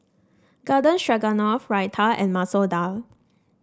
Garden Stroganoff Raita and Masoor Dal